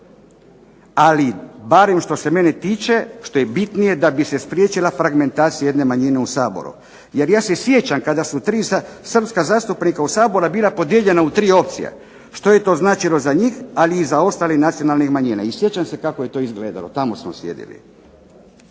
ali barem što se mene tiče, što je bitnije da bi se spriječila fragmentacija jedne manjine u Saboru. Jer ja se sjećam kada su tri srpska zastupnika u Saboru bila podijeljena u tri opcije, što je to značilo za njih, ali i za ostale nacionalne manjine, i sjećam se kako je to izgledalo, tamo smo sjedili.